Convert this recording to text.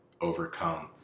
overcome